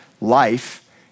life